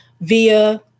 via